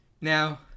Now